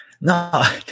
No